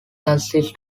consists